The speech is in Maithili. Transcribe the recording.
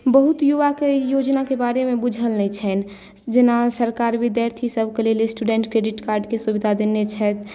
बहुत युवाके योजनाके बारेमे बुझल नहि छनि जेना सरकार विद्यार्थी सभके लेल स्टुडेन्ट क्रेडिट कार्ड के सुविधा देने छथि